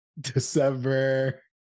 December